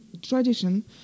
Tradition